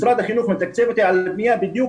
משרד החינוך מתקצב אותי על בניה בדיוק